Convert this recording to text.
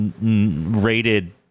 rated